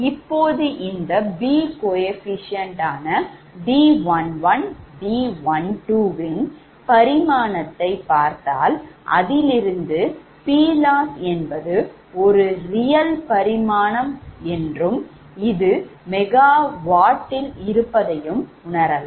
இப்போது இந்த B குணகத்தை B11 B12 வின் dimension பரிமாணத்தை பார்த்தால் அதிலிருந்து PLoss என்பது ஒரு ரியல் பரிமாணம் என்றும் இது MW ல் இருப்பதையும் உணரலாம்